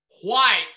white